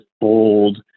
bold